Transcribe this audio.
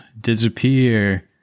disappear